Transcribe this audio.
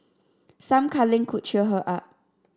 some cuddling could cheer her up